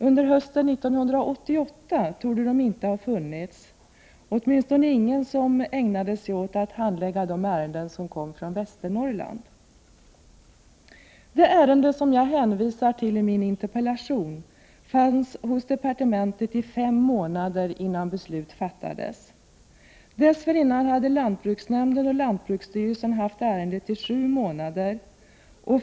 Under hösten 1988 torde det inte ha funnits sådana, åtminstone inte någon som ägnat sig åt att handlägga de ärenden som kom från Västernorrland. Det ärende som jag hänvisar till i min interpellation fanns hos departementet i fem månader innan beslut fattades. Dessförinnan hade lantbruksnämnden och lantbruksstyrelsen haft ärendet i sju månader.